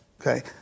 Okay